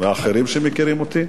ואחרים מכירים אותי.